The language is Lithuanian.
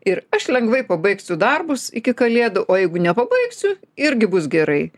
ir aš lengvai pabaigsiu darbus iki kalėdų o jeigu nepabaigsiu irgi bus gerai